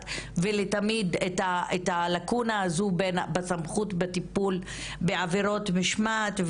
ולתמיד את הלקונה הזו בסמכות הטיפול בעבירות משמעת,